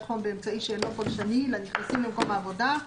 חום באמצעי שאינו פולשני לנכנסים למקום העבודה,